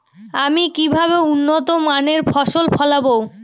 আমি কিভাবে উন্নত মানের ফসল ফলাবো?